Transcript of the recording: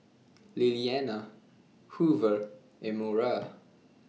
Lilianna Hoover and Mora